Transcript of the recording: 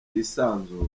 hisanzuye